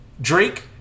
Drake